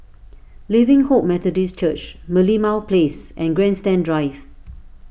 Living Hope Methodist Church Merlimau Place and Grandstand Drive